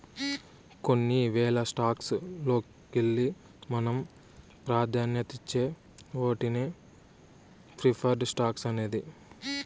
కొన్ని వేల స్టాక్స్ లోకెల్లి మనం పాదాన్యతిచ్చే ఓటినే ప్రిఫర్డ్ స్టాక్స్ అనేది